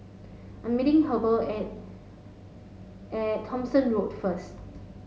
I'm meeting Heber at at Thomson Road first